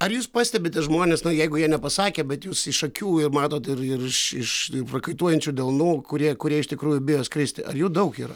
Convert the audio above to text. ar jūs pastebite žmones na jeigu jie nepasakė bet jūs iš akių ir matot ir ir iš prakaituojančių delnų kurie kurie iš tikrųjų bijo skristi ar jų daug yra